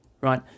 right